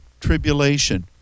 tribulation